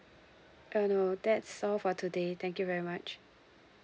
uh no that's all for today thank you very much